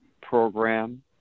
program